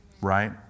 Right